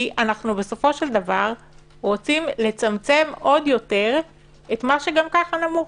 כי אנו בסופו של דבר רוצים לצמצם עוד יותר את מה שגם ככה נמוך,